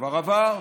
שכבר עבר,